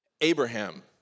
Abraham